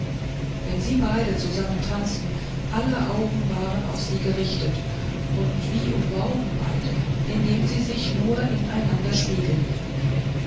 wenn sie beide zusammen tanzten aller augen waren auf sie gerichtet und wie umworben beide indem sie sich nur ineinander bespiegelten